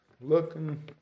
looking